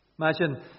Imagine